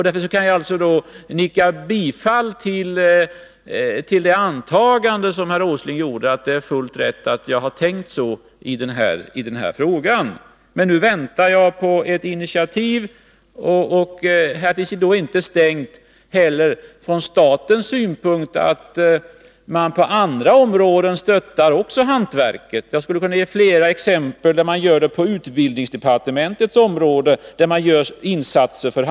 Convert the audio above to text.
Därför kan jag nicka bifall till det antagande som herr Åsling gjorde, att det är fullt riktigt att jag tänkt så som jag gjort i den här frågan. Nu väntar jag således på ett initiativ. Från statens synpunkt sett är det inte uteslutet att man också på andra områden stöttar hantverket. Jag skulle kunna anföra flera exempel. Sålunda görs insatser på utbildningsområdet för hantverkarna.